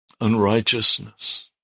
unrighteousness